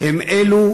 הם אלו,